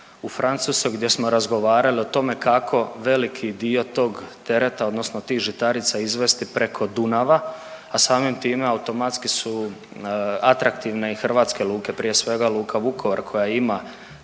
gdje smo razgovarali o tome kako veliki dio tog tereta, odnosno tih žitarica izvesti preko Dunava, a samim time automatski su atraktivne i hrvatske luke, prije svega Luka Vukovar koja ima